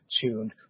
tuned